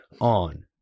on